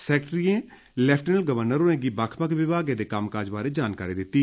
सैक्ट्रियें lieutenant governor होरें गी बक्ख बक्ख विभागें दे कम्म काज बारै जानकारी दित्ती